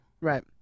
Right